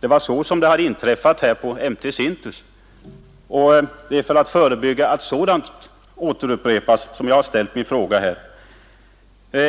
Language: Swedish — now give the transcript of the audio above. Det var så det gick till på M/T Sintus. Det är för att förebygga att sådant upprepas som jag ställer min fråga.